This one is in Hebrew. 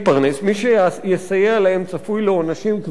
מי שיסייע להם צפוי לעונשים כבדים.